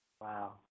Wow